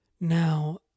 Now